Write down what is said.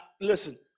Listen